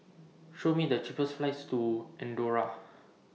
Show Me The cheapest flights to Andorra